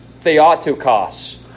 Theotokos